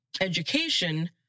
education